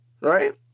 right